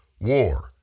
war